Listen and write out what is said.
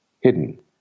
Hidden